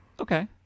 Okay